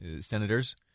Senators